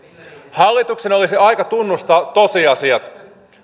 hallituksen olisi aika tunnustaa tosiasiat